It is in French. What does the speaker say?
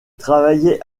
travaillait